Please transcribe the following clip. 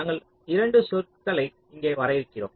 நாங்கள் 2 சொற்களை இங்கே வரையறுக்கிறோம்